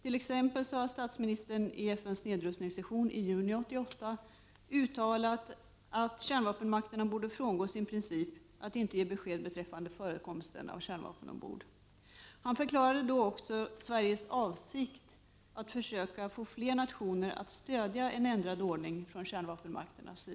Statsministern uttalade t.ex. i FN:s nedrustningssession i juni 1988 att kärnvapenmakterna borde frångå sin princip att inte ge besked beträffande förekomsten av kärnvapen ombord. Han förklarade också Sveriges avsikt att försöka få fler nationer att stödja strävandena att få till stånd en ändrad inställning hos kärnvapenmakterna.